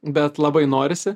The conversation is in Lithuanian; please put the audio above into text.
bet labai norisi